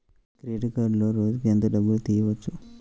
Credit కార్డులో రోజుకు ఎంత డబ్బులు తీయవచ్చు?